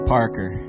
Parker